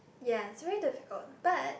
yes very difficult but